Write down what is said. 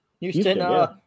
Houston